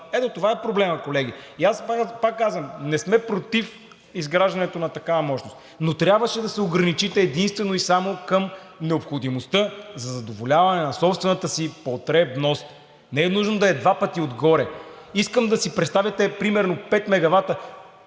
Ето това е проблемът, колеги. Пак казвам, не сме против изграждането на такава мощност, но трябваше да се ограничите единствено и само към необходимостта за задоволяване на собствената си потребност. Не е нужно да е два пъти отгоре. Искам да си представите примерно пет мегавата